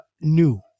new